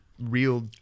real